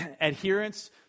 adherence